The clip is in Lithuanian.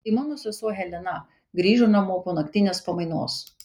tai mano sesuo helena grįžo namo po naktinės pamainos